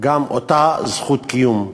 גם אותה זכות קיום.